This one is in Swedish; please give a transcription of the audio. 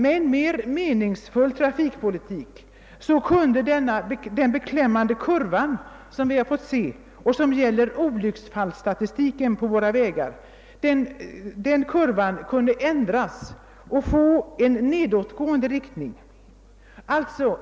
Med en mer meningsfull trafikpolitik kunde den beklämmande kurvan över olycksfallen på våra vägar ändras och få en nedåtgående riktning.